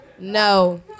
No